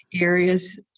areas